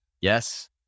Yes